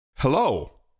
Hello